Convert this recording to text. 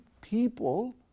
people